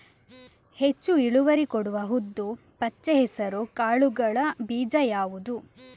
ಹೆಚ್ಚು ಇಳುವರಿ ಕೊಡುವ ಉದ್ದು, ಪಚ್ಚೆ ಹೆಸರು ಕಾಳುಗಳ ಬೀಜ ಯಾವುದು?